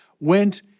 went